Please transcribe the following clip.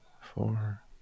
Four